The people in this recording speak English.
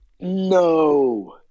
No